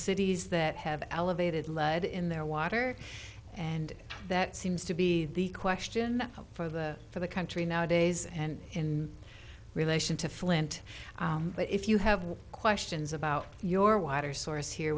cities that have elevated lead in their water and that seems to be the question for the for the country nowadays and in relation to flint but if you have questions about your water source here